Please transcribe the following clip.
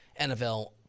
NFL